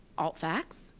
alt facts,